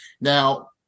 Now